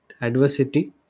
adversity